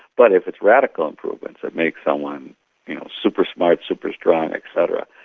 but if it's radical improvements that make someone super-smart, super-strong et cetera,